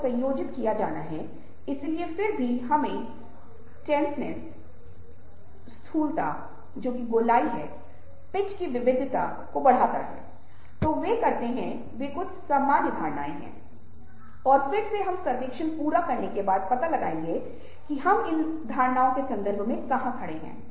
और बहुत बार कारण सीधे तौर पर उस से नहीं जुड़े होते हैं उदाहरण के लिए जैसा कि मैंने आपको बताया कि क्रोध किसी और चीज के कारण होता है शायद डर के कारण उदासीनता होती है तो अंतर्संबंधों की विभिन्न जटिलताएं कुछ ऐसी हैं जिन्हें आप पहचानने में सक्षम हैं और इससे आपको बेहतर प्रबंधन करने में मदद मिलती है